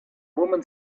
woman